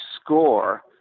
score